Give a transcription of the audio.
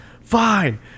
Fine